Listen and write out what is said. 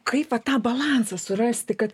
kaip va tą balansą surasti kad